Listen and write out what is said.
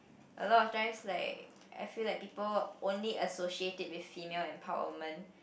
a lot of times like I feel like people only associate it with female empowerment